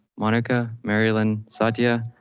monica, marilyn, satya,